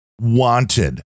wanted